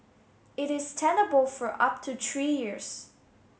it is tenable for up to three years